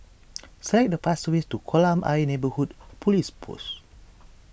select the fastest way to Kolam Ayer Neighbourhood Police Post